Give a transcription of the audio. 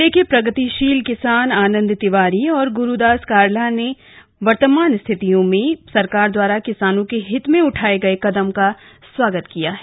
जिले के प्रगतिशील किसान आनंद तिवारी और गुरुदास कालरा ने वर्तमान विषम परिस्थितियों में सरकार दवारा किसानो के हित में उठाये गए कदम का स्वागत किया है